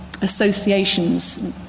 associations